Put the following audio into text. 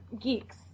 geeks